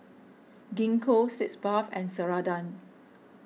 Gingko Sitz Bath and Ceradan